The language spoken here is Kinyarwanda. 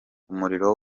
umurimo